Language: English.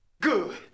Good